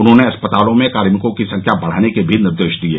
उन्होंने अस्पतालों में कार्मिकों की संख्या बढ़ाने के भी निर्देश दिये